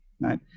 right